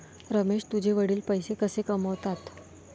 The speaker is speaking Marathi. रमेश तुझे वडील पैसे कसे कमावतात?